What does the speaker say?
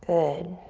good.